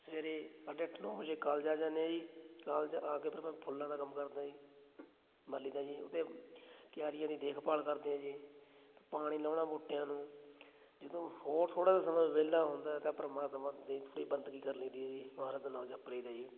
ਸਵੇਰੇ ਸਾਢੇ ਅੱਠ ਨੌ ਵਜੇ ਕਾਲਜ ਆ ਜਾਂਦੇ ਹਾਂ ਜੀ ਕਾਲਜ ਆ ਕੇ ਫਿਰ ਮੈਂ ਫੁੱਲਾਂ ਦਾ ਕੰਮ ਕਰਦਾ ਜੀ ਮਾਲੀ ਦਾ ਜੀ ਉੱਥੇ ਕਿਆਰੀਆਂ ਦੀ ਦੇਖਭਾਲ ਕਰਦੇ ਹਾਂ ਜੀ ਪਾਣੀ ਲਾਉਣਾ ਬੂਟਿਆਂ ਨੂੰ ਜਦੋਂ ਹੋਰ ਥੋੜ੍ਹਾ ਜਿਹਾ ਸਮਾਂ ਵਿਹਲਾ ਹੁੰਦਾ ਤਾਂ ਪਰਮਾਤਮਾ ਦੀ ਥੋੜ੍ਹੀ ਬੰਦਗੀ ਕਰ ਲਈ ਦੀ ਆ ਜੀ ਮਹਾਰਾਜ ਦਾ ਨਾਂ ਜਪ ਲਈ ਦਾ ਜੀ